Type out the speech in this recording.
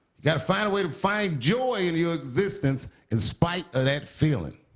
got to find a way to find joy in your existence in spite of that feeling.